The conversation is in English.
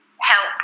help